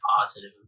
positive